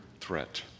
threat